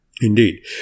Indeed